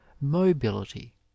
mobility